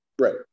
Right